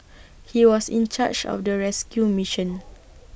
he was in charge of the rescue mission